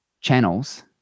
channels